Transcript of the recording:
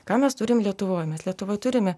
ką mes turim lietuvoj mes lietuvoj turime